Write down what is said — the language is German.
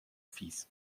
fieß